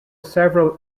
several